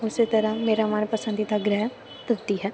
ਉਸੇ ਤਰ੍ਹਾਂ ਮੇਰਾ ਮਨਪਸੰਦੀਦਾ ਗ੍ਰਹਿ ਧਰਤੀ ਹੈ